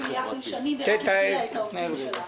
שמקבלת סכומים גדולים במשך שנים ורק הגדילה את היקף העובדים שלה.